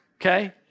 Okay